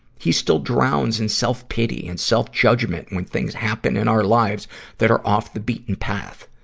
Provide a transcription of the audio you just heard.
he still drowns in self-pity and self-judgment when things happen in our lives that are off the beaten path.